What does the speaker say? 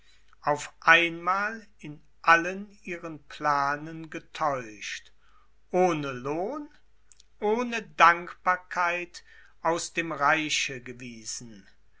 auf einmal in allen ihren planen getäuscht ohne lohn ohne dankbarkeit ans dem reiche gewiesen